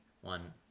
one